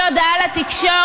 תפירת תיקים?